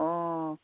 অঁ